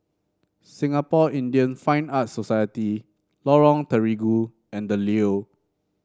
Singapore Indian Fine Arts Society Lorong Terigu and The Leo